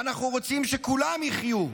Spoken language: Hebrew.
ואנחנו רוצים שכולם יחיו.